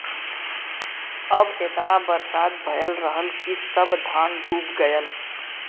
अब एतना बरसात भयल रहल कि सब धान डूब गयल